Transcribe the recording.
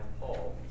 Paul